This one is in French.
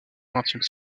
vingtième